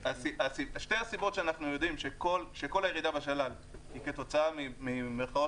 שתי הסיבות שאנחנו יודעים שכל הירידה בשלל היא כתוצאה מהרפורמה,